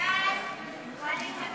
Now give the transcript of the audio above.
חוק השיפוט